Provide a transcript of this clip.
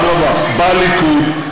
בליכוד.